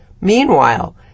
Meanwhile